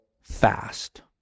fast